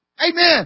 Amen